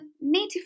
native